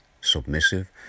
submissive